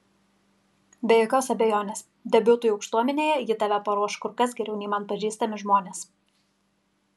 be jokios abejonės debiutui aukštuomenėje ji tave paruoš kur kas geriau nei man pažįstami žmonės